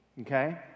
okay